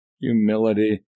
humility